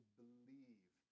believe